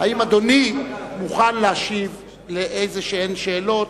האם אדוני מוכן להשיב לאיזשהן שאלות